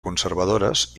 conservadores